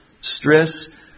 stress